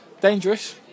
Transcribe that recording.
dangerous